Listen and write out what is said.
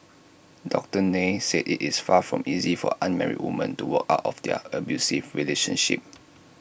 doctor Nair said IT is far from easy for unmarried women to walk out of their abusive relationships